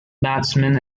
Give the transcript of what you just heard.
batsman